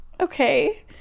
Okay